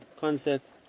concept